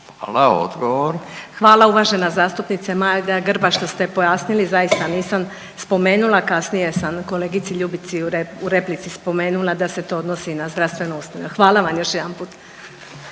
Danica (HDZ)** Hvala uvažena zastupnice Maja Grba što ste pojasnili zaista nisam spomenula kasnije sam kolegici Ljubici u replici spomenula da se to odnosi na zdravstvene ustanove. Hvala vam još jedanput.